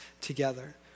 together